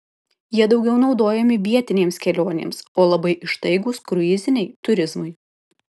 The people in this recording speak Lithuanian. jie daugiau naudojami vietinėms kelionėms o labai ištaigūs kruiziniai turizmui